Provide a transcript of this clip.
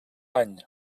any